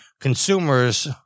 consumers